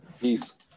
Peace